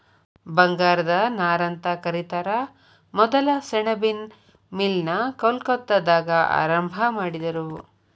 ಬಂಗಾರದ ನಾರಂತ ಕರಿತಾರ ಮೊದಲ ಸೆಣಬಿನ್ ಮಿಲ್ ನ ಕೊಲ್ಕತ್ತಾದಾಗ ಆರಂಭಾ ಮಾಡಿದರು